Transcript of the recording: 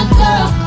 girl